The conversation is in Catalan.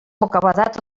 bocabadat